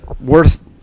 Worth